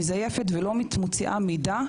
מזייפת ולא מוציאה מידע לציבור.